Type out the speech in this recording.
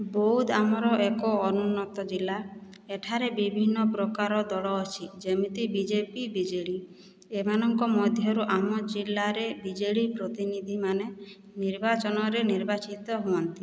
ବୌଦ୍ଧ ଆମର ଏକ ଅନୁନ୍ନତ ଜିଲ୍ଲା ଏଠାରେ ବିଭିନ୍ନ ପ୍ରକାର ଦଳ ଅଛି ଯେମିତି ବିଜେପି ବିଜେଡ଼ି ଏମାନଙ୍କ ମଧ୍ୟରୁ ଆମ ଜିଲ୍ଲାରେ ବିଜେଡ଼ି ପ୍ରତିନିଧିମାନେ ନିର୍ବାଚନରେ ନିର୍ବାଚିତ ହୁଅନ୍ତି